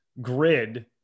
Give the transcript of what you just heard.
grid